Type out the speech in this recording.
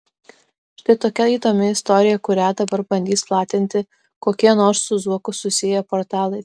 štai tokia įdomi istorija kurią dabar bandys platinti kokie nors su zuoku susiję portalai